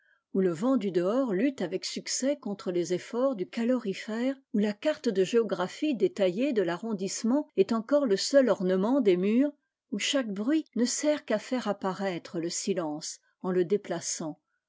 où le vent du dehors lutte avec succès contre les efforts du calorifère où la carte de géographie détaillée de l'arrondissement est encore le seul ornement des murs où chaque bruit ne sert qu'à faire apparaître le silence en le déplaçant